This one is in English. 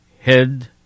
head